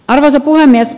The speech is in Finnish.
arvoisa puhemies